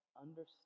understand